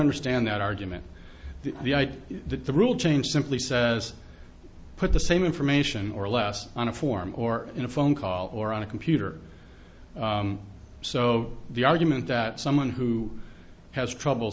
understand that argument the idea that the rule change simply says put the same information or less on a form or in a phone call or on a computer so the argument that someone who has trouble